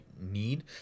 need